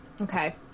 okay